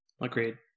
Agreed